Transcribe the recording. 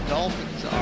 Dolphins